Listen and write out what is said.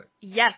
Yes